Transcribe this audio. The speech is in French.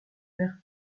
père